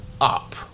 up